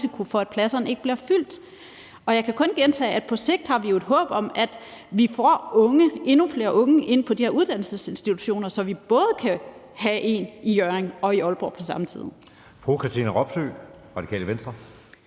for, at pladserne ikke bliver fyldt. Og jeg kan kun gentage, at på sigt har vi jo et håb om, at vi får endnu flere unge ind på de her uddannelsesinstitutioner, så vi både kan have en i Hjørring og en i Aalborg på samme tid.